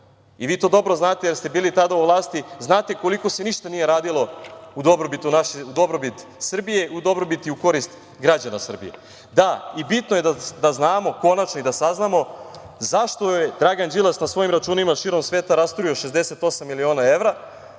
Vi to dobro znate, jer ste bili tada u vlasti, znate koliko se ništa nije radilo u dobrobit Srbije, u dobrobiti i korist građana Srbije. Da, bitno je da znamo, konačno i da saznamo, zašto je Dragan Đilas na svojim računima širom sveta rasturio 68 miliona evra.